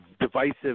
divisive